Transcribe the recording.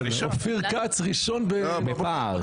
אופיר כץ ראשון בפער.